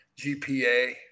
GPA